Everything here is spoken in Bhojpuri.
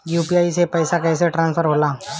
यू.पी.आई से पैसा कैसे ट्रांसफर होला?